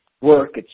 work